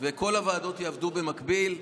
וכל הוועדות יעבדו במקביל,